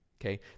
Okay